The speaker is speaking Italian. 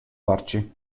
farci